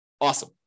Awesome